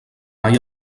mai